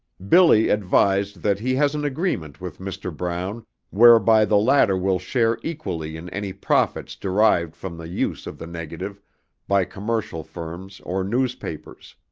billy advised that he has an agreement with mr. brown whereby the latter will share equally in any profits derived from the use of the negative by commercial firms or newspapers.